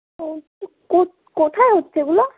কো কোথায় হচ্ছে এগুলো